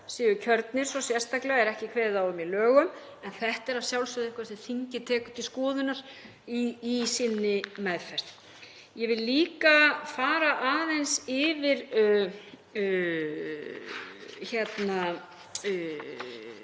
svo kjörnir svo sérstaklega, en ekki er kveðið á það um í lögum. En það er að sjálfsögðu eitthvað sem þingið tekur til skoðunar í sinni meðferð. Ég vil líka fara aðeins yfir